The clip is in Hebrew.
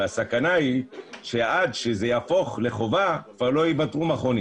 והסכנה היא שעד שזה יהפוך לחובה כבר לא ייוותרו מכונים